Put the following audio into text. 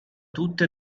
tutte